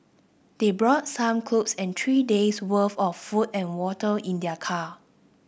they brought some clothes and three days' worth of food and water in their car